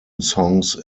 songs